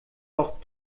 doch